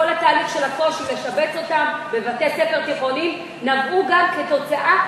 כל התהליך של הקושי לשבץ אותם בבתי-ספר תיכוניים נבע גם מאותו